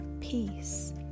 peace